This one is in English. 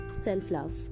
self-love